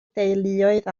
deuluoedd